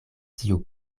tiu